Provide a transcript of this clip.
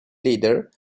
leader